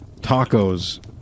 tacos